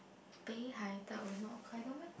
北海道 is not Hokkaido meh